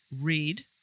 read